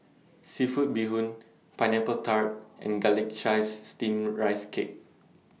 Seafood Bee Hoon Pineapple Tart and Garlic Chives Steamed Rice Cake